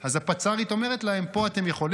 אז הפצ"רית אומרת להם: פה אתם יכולים,